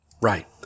right